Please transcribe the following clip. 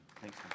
Thanks